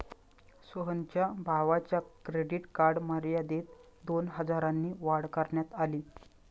सोहनच्या भावाच्या credit card मर्यादेत दोन हजारांनी वाढ करण्यात आली